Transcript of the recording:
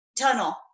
tunnel